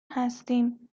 هستیم